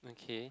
okay